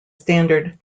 standard